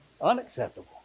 unacceptable